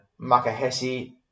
Makahesi